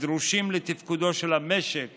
הדרושים לתפקודו של המשק